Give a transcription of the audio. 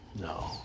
No